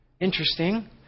Interesting